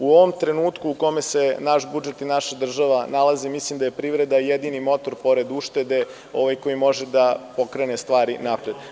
U ovom trenutku u kome se naš budžet i naša država nalazi, mislim da je privreda jedini motor pored uštede koji može da pokrene stvari napred.